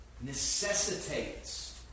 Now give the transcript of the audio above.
necessitates